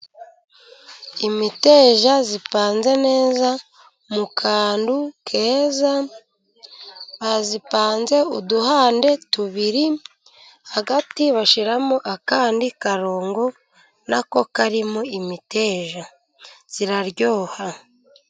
Imiteja ipanze neza mu kantu keza, bazipanze uduhande tubiri hagati bashiramo akandi karongo nako karimo imiteja iraryoha.